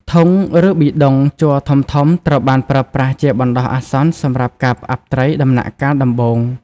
ធុង ឬ ប៊ីដុង ជ័រធំៗត្រូវបានប្រើប្រាស់ជាបណ្តោះអាសន្នសម្រាប់ការផ្អាប់ត្រីដំណាក់កាលដំបូង។